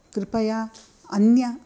कृपया अन्य